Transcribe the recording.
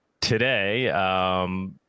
today